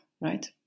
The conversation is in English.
right